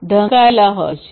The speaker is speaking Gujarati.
ઢંકાયેલ હોય છે